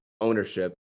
ownership